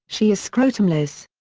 she is scrotumless.